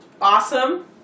Awesome